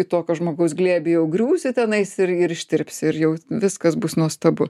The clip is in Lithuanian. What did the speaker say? į tokio žmogaus glėbį jau griūsi tenais ir ir ištirpsi ir jau viskas bus nuostabu